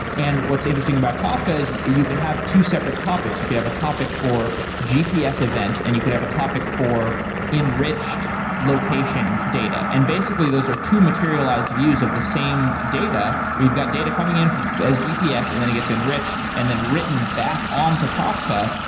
and what's interesting about kafka is you you could have two separate topics. you could have a topic for gps events and you could have a topic for enriched location data. and basically, those are two materialized views of the same data, where you've got data coming in as gps and then it gets enriched and then written back on to kafka,